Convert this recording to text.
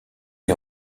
les